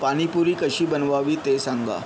पाणीपुरी कशी बनवावी ते सांगा